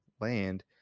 land